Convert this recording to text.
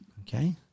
Okay